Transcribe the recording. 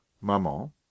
Maman